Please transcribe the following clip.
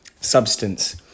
substance